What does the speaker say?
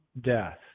death